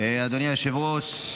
אדוני היושב-ראש,